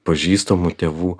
pažįstamų tėvų